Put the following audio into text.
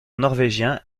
norvégien